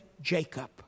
Jacob